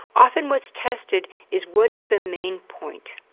often what's tested is what is the main point.